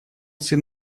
сын